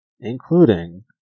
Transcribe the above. Including